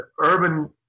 urban